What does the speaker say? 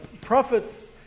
prophets